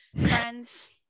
friends